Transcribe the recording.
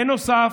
בנוסף,